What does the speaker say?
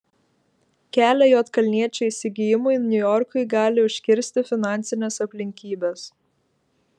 kelią juodkalniečio įsigijimui niujorkui gali užkirsti finansinės aplinkybės